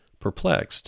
perplexed